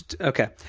okay